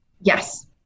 Yes